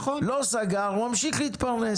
לא סגר, ממשיך להתפרנס.